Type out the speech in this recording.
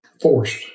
forced